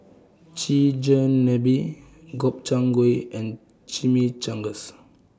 Chigenabe Gobchang Gui and Chimichangas